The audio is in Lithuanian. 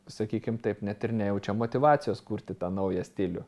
sakykim taip net ir nejaučia motyvacijos kurti tą naują stilių